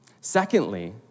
Secondly